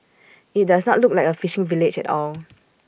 IT does not look like A fishing village at all